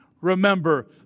remember